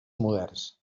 moderns